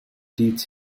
teach